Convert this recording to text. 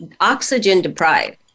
oxygen-deprived